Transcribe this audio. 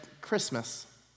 Christmas